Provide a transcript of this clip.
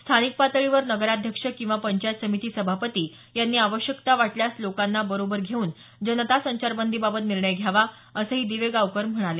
स्थानिक पातळीवर नगराध्यक्ष किंवा पंचायत समिती सभापती यांनी आवश्यकता वाटल्यास लोकांना बरोबर घेऊन जनता संचारबंदीबाबत निर्णय घ्यावा असंही दिवेगावकर म्हणाले